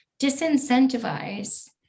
disincentivize